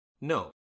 No